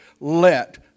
let